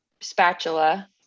spatula